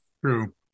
True